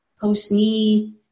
post-knee